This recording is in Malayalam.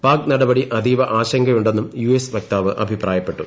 പാക് നടപടി അതീവ ആശങ്കയുണ്ടെന്നും യു എസ് വക്താവ് അഭിപ്രായപ്പെട്ടു